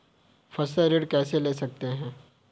फसल ऋण कैसे ले सकते हैं?